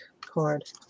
card